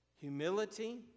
humility